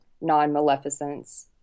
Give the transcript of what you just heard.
non-maleficence